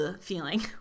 feeling